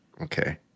okay